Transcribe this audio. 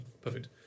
perfect